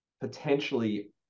potentially